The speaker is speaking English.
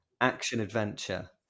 action-adventure